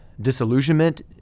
disillusionment